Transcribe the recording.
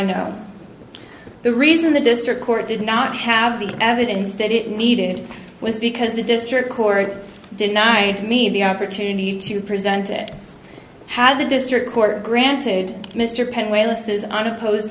know the reason the district court did not have the evidence that it needed was because the district court denied me the opportunity to present it had the district court granted mr